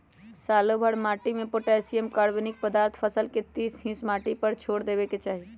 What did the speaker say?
सालोभर माटिमें पोटासियम, कार्बोनिक पदार्थ फसल के तीस हिस माटिए पर छोर देबेके चाही